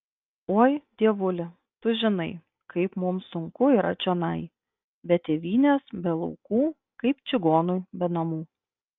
oi dievuli tu žinai kaip mums sunku yra čionai be tėvynės be laukų kaip čigonui be namų